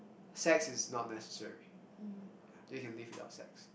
sex is not necessary we can live without sex